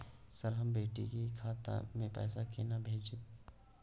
Sir, हम बेटी के खाता मे पैसा केना भेजब?